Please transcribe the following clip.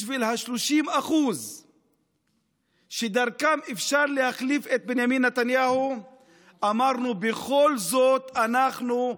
בשביל ה-30% שדרכם אפשר להחליף את בנימין נתניהו אמרנו: בכל זאת אנחנו,